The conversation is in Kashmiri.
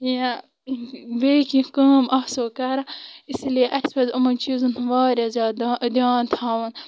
یا بیٚیہِ کینٛہہ کٲم آسو کران اسی لِیے اسہِ پزِ یِمن چیٖزن ہنٛد واریاہ زیادٕ دیان تھاوُن